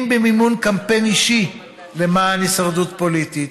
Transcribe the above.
אם במימון קמפיין אישי למען הישרדות פוליטית.